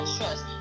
trust